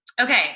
Okay